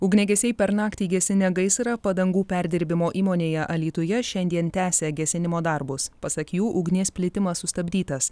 ugniagesiai per naktį gesinę gaisrą padangų perdirbimo įmonėje alytuje šiandien tęsia gesinimo darbus pasak jų ugnies plitimas sustabdytas